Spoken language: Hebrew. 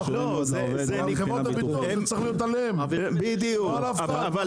זה צריך להיות על חברות הביטוח, לא על אף אחד.